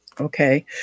Okay